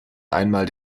einmal